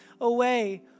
away